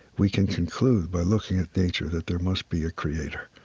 we can conclude by looking at nature that there must be a creator.